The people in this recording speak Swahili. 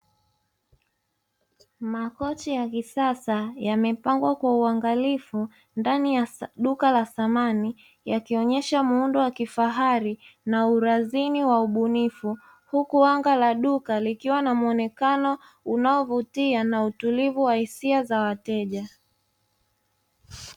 Makochi ya kisasa yamepangwa kwa uangalifu, ndani ya duka la samani, yakionyesha muundo wa kifahari na urazini wa ubunifu, huku anga la duka likiwa na muonekano unaovutia likiwa na utulivu wa hisia za wateja.